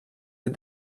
but